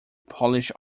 polish